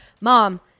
mom